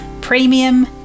premium